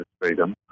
freedom